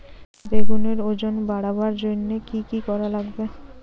বেগুনের ওজন বাড়াবার জইন্যে কি কি করা লাগবে?